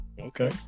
okay